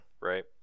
right